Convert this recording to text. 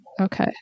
Okay